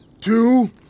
two